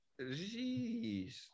Jeez